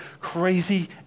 crazy